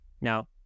Now